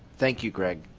thank you, greg.